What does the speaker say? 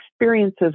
experiences